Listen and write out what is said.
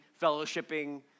fellowshipping